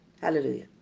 Hallelujah